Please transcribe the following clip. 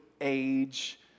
age